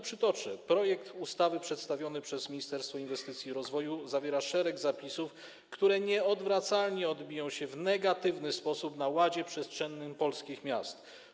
Przytoczę: Projekt ustawy przedstawiony przez Ministerstwo Inwestycji i Rozwoju zawiera szereg zapisów, które nieodwracalnie odbiją się w negatywny sposób na ładzie przestrzennym polskich miast.